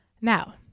Now